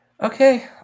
Okay